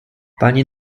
pani